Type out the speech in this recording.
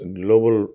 global